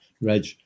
Reg